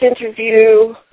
interview